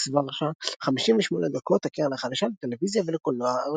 פיניקס וורשה 58 דקות הקרן החדשה לטלוויזיה ולקולנוע,